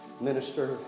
minister